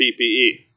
PPE